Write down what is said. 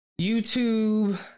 YouTube